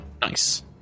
Nice